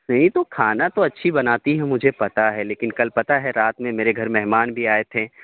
نہیں تو کھانا تو اچھی بناتی ہیں مجھے پتہ ہے لیکن کل پتہ ہے رات میں میرے گھر مہمان بھی آئے تھے